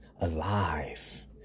alive